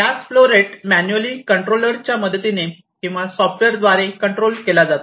gas flow rate manually controller च्या मदतीने किंवा सॉफ्टवेअर द्वारे कंट्रोल केला जातो